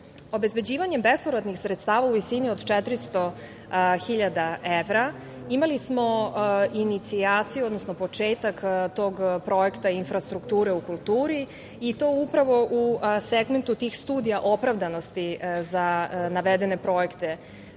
spomenike. Obezbeđivanjem bespovratnih sredstava u visini od 400 hiljada evra, imali smo inicijaciju, odnosno početak tog projekta, infrastrukture u kulturi, i to upravo u segmentu tih studija opravdanosti za navedene projekte.